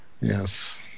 Yes